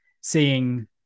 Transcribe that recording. seeing